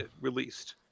released